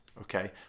okay